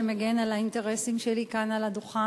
חבר הכנסת בילסקי,